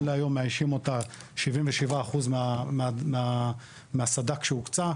להיום מאיישים אותה 77% מהסד"כ שהוקמה,